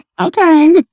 okay